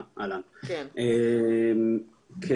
רן, בבקשה.